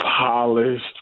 polished